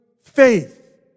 faith